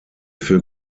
für